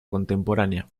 contemporánea